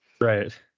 Right